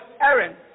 Aaron